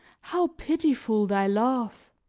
how pitiful thy love!